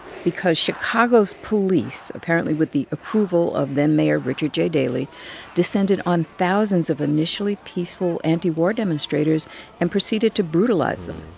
because chicago's police apparently with the approval of then-mayor richard j. daley descended on thousands of initially peaceful anti-war demonstrators and proceeded to brutalize them.